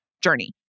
journey